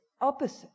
opposite